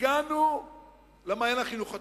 הגענו ל"מעיין החינוך התורני".